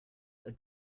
are